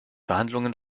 verhandlungen